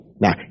Now